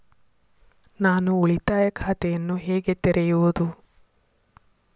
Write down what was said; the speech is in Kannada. ನಾನು ಉಳಿತಾಯ ಖಾತೆಯನ್ನು ಹೇಗೆ ತೆರೆಯುವುದು?